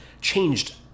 changed